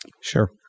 Sure